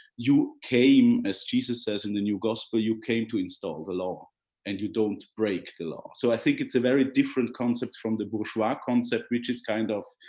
you came, as jesus says in the new gospel, you came to install the law and you don't break the law. so i think it's a very different concept from the bourgeois concept which is kind of,